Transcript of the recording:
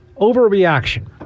Overreaction